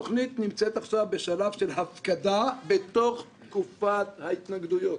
התוכנית נמצאת עכשיו בשלב של הפקדה בתוך תקופת ההתנגדויות.